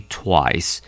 twice